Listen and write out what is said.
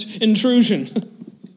intrusion